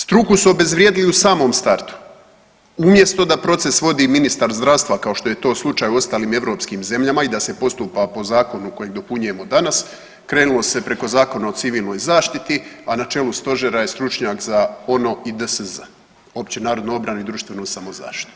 Struku su obezvrijedili u samom startu, umjesto da proces vodi ministar zdravstva kao što je to slučaj u ostalim europskim zemljama i da se postupa po zakonu koji dopunjujemo danas krenulo se preko Zakona o civilnoj zaštiti, a na čelu stožera je stručnjak za ONO i DSZ, općenarodnu obranu i društvenu samozaštitu.